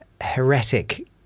heretic